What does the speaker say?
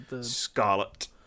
Scarlet